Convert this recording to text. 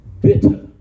bitter